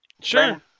Sure